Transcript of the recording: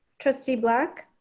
trustee black.